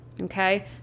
okay